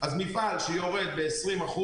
מפעל שיורד ב-20%,